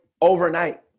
overnight